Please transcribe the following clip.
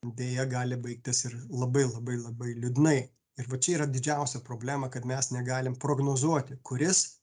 deja gali baigtis ir labai labai labai liūdnai ir va čia yra didžiausia problema kad mes negalim prognozuoti kuris